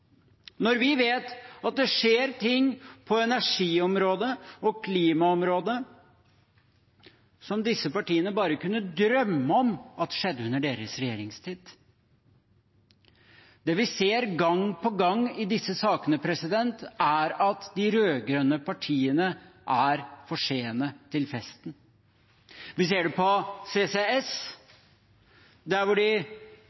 når vi vet at det skjer ting på energiområdet og klimaområdet som disse partiene bare kunne drømt om ville skjedd under deres regjeringstid. Det vi ser gang på gang i disse sakene, er at de rød-grønne partiene er for sene til festen. Vi ser det på